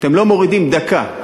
אתם לא מורידים דקה,